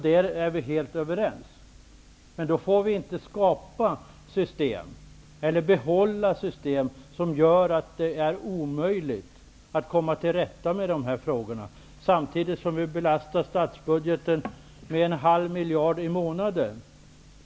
Vi är helt överens. Men då får vi inte skapa eller behålla system som gör det omöjligt att komma till rätta med dessa frågor, samtidigt som vi belastar statsbudgeten med en halv miljard i månaden.